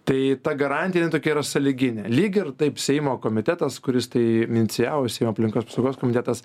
tai ta garantija jinai tokia yra sąlyginė lygiai ir taip seimo komitetas kuris tai inicijavusi aplinkos apsaugos komitetas